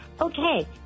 Okay